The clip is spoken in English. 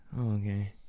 Okay